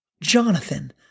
Jonathan